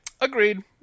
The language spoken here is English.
Agreed